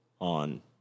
on